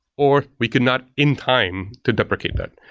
or we could not in time to deprecate that.